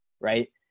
right